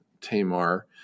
Tamar